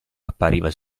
appariva